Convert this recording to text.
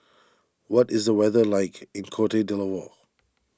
what is the weather like in Cote D'Ivoire